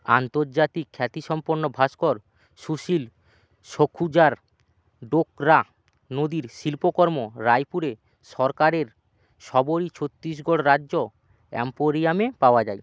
আন্তর্জাতিক খ্যাতিসম্পন্ন ভাস্কর সুশীল সখুজার ডোকরা নদীর শিল্পকর্ম রায়পুরে সরকারের শবরী ছত্তিশগড় রাজ্য এম্পোরিয়ামে পাওয়া যায়